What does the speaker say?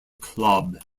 club